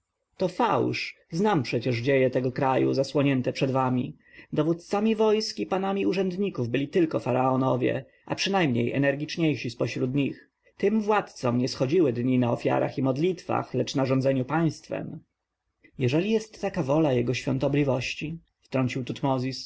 to fałsz znam przecież dzieje tego kraju zasłonięte przed wami dowódcami wojsk i panami urzędników byli tylko faraonowie a przynajmniej energiczniejsi z pośród nich tym władcom nie schodziły dnie na ofiarach i modlitwach lecz na rządzeniu państwem jeżeli jest taka wola jego świątobliwości wtrącił tutmozis